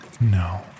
No